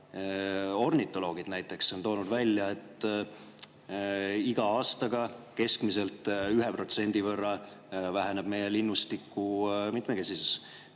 Ornitoloogid näiteks on öelnud, et iga aastaga keskmiselt 1% võrra väheneb meie linnustiku mitmekesisus.